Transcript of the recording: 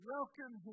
Welcome